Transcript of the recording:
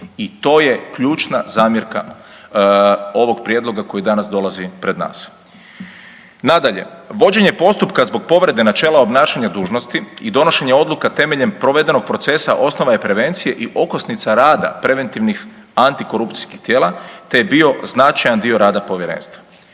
I to je ključna zamjerka ovog prijedloga koji danas dolazi pred nas. Nadalje, vođenje postupka zbog povrede načela obnašanja dužnosti i donošenje odluka temeljem provedenog procesa osnova je prevencije i okosnica rada preventivnih antikorupcijskih tijela te je bio značajan dio rada povjerenstva.